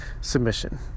submission